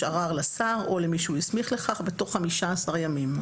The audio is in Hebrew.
ערר לשר או למי שהוא הסמיך לכך בתוך 15 ימים.